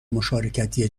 مشارکتی